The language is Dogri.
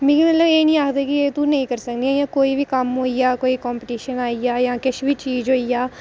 मिगी मतलब एह् निं आक्खी सकदे मतलब एह् निं करी सकनी कोई बी कम्म होइया कोई बी कम्पीटिशन होइया जां किश बी चीज़ होई जा